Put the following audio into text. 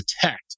detect